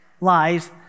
lies